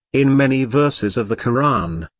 in many verses of the koran,